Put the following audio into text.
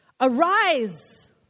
Arise